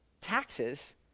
taxes